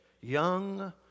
young